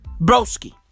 Broski